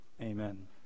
Amen